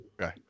Okay